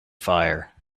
fire